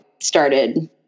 started